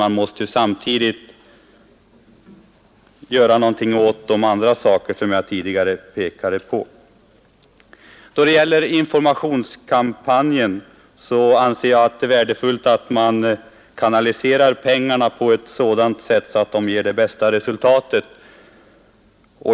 Man måste samtidigt göra någonting åt de andra problem som jag här pekat på. När det gäller informationskampanjen är det värdefullt att pengarna kanaliseras på ett sådant sätt att de ger det bästa resultatet.